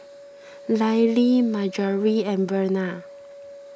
Lyle Marjory and Verna